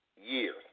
years